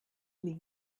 lied